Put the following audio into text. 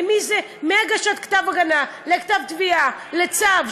מהגשת כתב הגנה לכתב תביעה לצו,